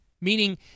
meaning